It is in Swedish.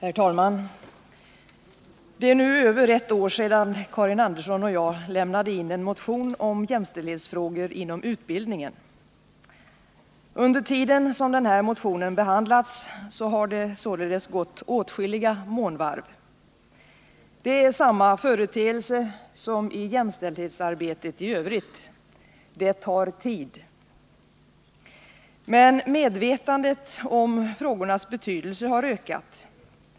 Herr talman! Det är nu över ett år sedan Karin Andersson och jag lämnade in en motion om jämställdhetsfrågor inom utbildningen. Under tiden som den här motionen behandlats har det således gått åtskilliga månvarv. Det är samma företeelse som i jämställdhetsarbetet i övrigt. Det tar tid. Men medvetandet om frågornas betydelse har ökat.